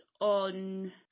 on